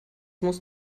musst